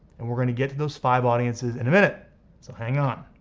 and we're gonna get to those five audiences in a minute so hang on.